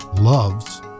loves